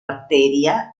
arteria